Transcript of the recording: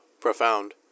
profound